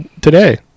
today